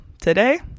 today